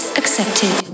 accepted